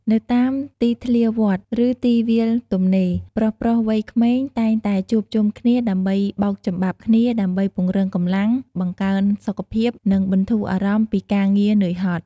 នៅតាមទីធ្លាវត្ត ឬទីវាលទំនេរ ប្រុសៗវ័យក្មេងតែងតែជួបជុំគ្នាដើម្បីបោកចំបាប់គ្នា ដើម្បីពង្រឹងកម្លាំង បង្កើនសុខភាព និងបន្ធូរអារម្មណ៍ពីការងារនឿយហត់។